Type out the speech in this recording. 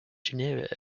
genera